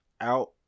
out